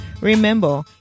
Remember